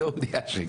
אבל זה לא קרה.